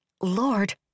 Lord